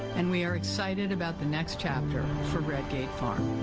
and we are excited about the next chapter four redgate farm.